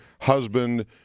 husband